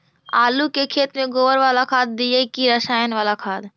आलू के खेत में गोबर बाला खाद दियै की रसायन बाला खाद?